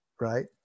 Right